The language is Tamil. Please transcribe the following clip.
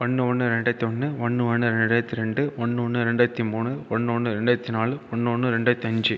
ஒன்று ஒன்று ரெண்டாயிரத்தி ஒன்று ஒன்று ஒன்று ரெண்டாயிரத்தி ரெண்டு ஒன்று ஒன்று ரெண்டாயிரத்தி மூணு ஒன்று ஒன்று ரெண்டாயிரத்தி நாலு ஒன்று ஒன்று ரெண்டாயிரத்தி அஞ்சு